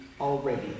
already